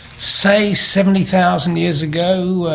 say, seventy thousand years ago,